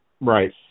Right